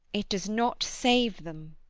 it does not save them.